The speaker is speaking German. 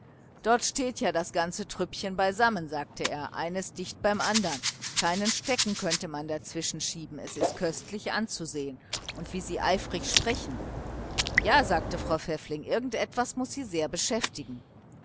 dort steht ja das ganze trüppchen beisammen sagte er eines dicht beim andern keinen stecken könnte man dazwischen schieben es ist köstlich anzusehen und wie sie eifrig sprechen ja sagte frau pfäffling irgend etwas muß sie sehr beschäftigen